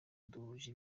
duhuje